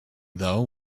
though